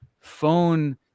phone